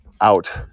out